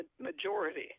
majority